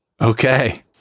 Okay